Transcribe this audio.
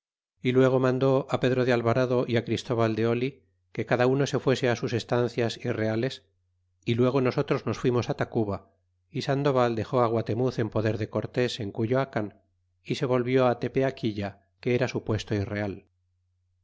y juego mandó pedrocie alvarado y á christóbal de oli que cada uno se fuese sus estancias y reales y luego nosotros nos fuimos á tacuba sandoval dexó guatemuz en poder de cortés en cuyoacoan y se volvió tepeaquilla que era su puesto y real